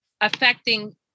affecting